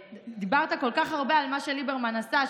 דיברת כל כך הרבה על מה שליברמן עשה,